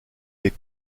des